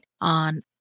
on